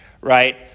right